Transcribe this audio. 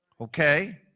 Okay